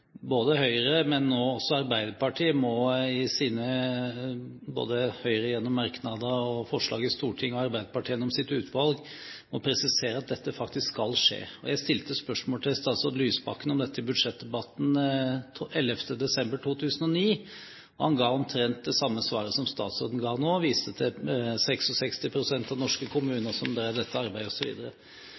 både Høyre og nå også Arbeiderpartiet må presisere – Høyre gjennom merknader, og forslag i Stortinget, og Arbeiderpartiet gjennom sitt utvalg – at dette faktisk skal skje. Jeg stilte spørsmål til statsråd Lysbakken om dette i budsjettdebatten 11. desember 2009. Han ga omtrent det samme svaret som statsråden ga nå, og viste til at 66 pst. av norske kommuner drev med dette arbeidet, osv. Spørsmålet er jo om staten har abdisert i dette arbeidet,